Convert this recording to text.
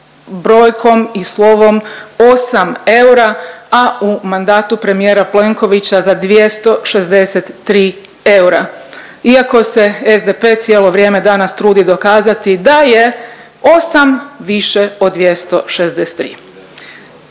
brojkom i slovom 8 (osam) eura, a u mandatu premijera Plenkovića za 263 eura. Iako se SDP cijelo vrijeme danas trudi dokazati da je osam više od 263.